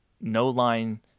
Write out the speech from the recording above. no-line